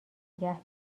نگه